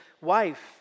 wife